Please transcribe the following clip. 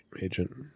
agent